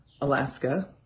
Alaska